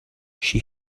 she